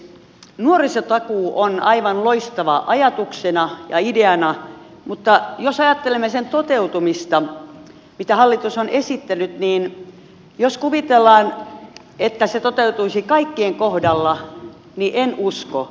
nuorisotakuu on aivan loistava ajatuksena ja ideana mutta jos ajattelemme sen toteutumista mitä hallitus on esittänyt ja kuvitellaan että se toteutuisi kaikkien kohdalla niin en usko